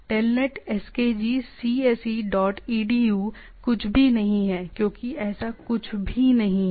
telnet SKG CSE dot EDU कुछ भी नहीं है क्योंकि ऐसा कुछ भी नहीं है